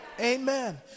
Amen